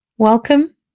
Welcome